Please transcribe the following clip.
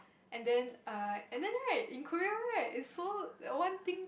and then err and then right in Korea right it's so one thing